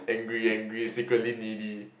angry angry secretly needy